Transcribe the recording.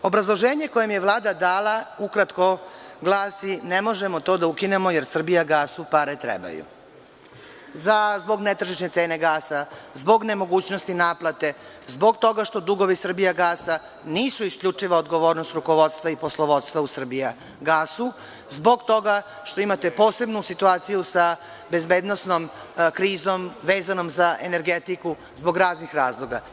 Obrazloženje koje mi je Vlada dala ukratko glasi – ne možemo to da ukinemo jer „Srbijagasu“ pare trebaju, zbog netržišne cene gasa, zbog nemogućnosti naplate, zbog toga što dugovi „Srbijagasa“ nisu isključivo odgovornost rukovodstva i poslovodstva u „Srbijagasu“, zbog toga što imate posebnu situaciju sa bezbednosnom krizom vezano za energetiku, zbog raznih razloga.